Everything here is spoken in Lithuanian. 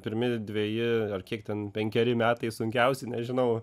pirmi dvieji ar kiek ten penkeri metai sunkiausi nežinau